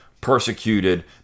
persecuted